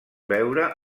veure